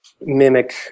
mimic